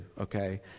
okay